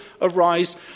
arise